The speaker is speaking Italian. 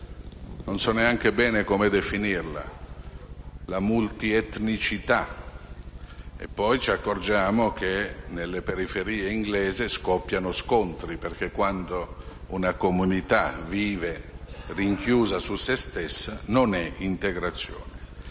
non so neanche bene come definirla: la multietnicità, salvo accorgersi che nelle periferie inglesi scoppiano degli scontri perché quando una comunità vive richiusa su se stesse non è integrata.